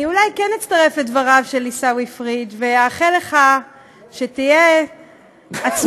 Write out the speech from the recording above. אני אולי כן אצטרף לדבריו של עיסאווי פריג' ואאחל לך שתהיה עצמאי,